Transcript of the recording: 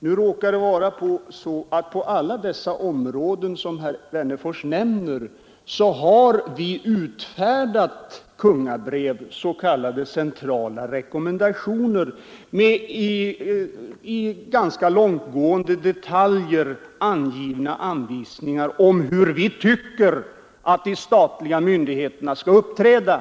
Nu råkar det vara så att på alla de områden herr Wennerfors nämner har vi utfärdat kungabrev, s. k centrala rekommendationer med i ganska långt gående detaljer angivna anvisningar om hur vi tycker att de statliga myndigheterna skall uppträda.